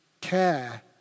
Care